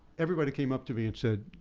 everybody came up to me and said,